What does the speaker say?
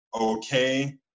okay